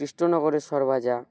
কৃষ্ণনগরের সরভাজা